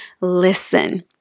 listen